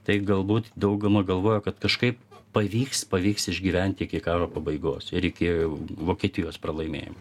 tai galbūt dauguma galvojo kad kažkaip pavyks pavyks išgyventi iki karo pabaigos ir iki vokietijos pralaimėjimo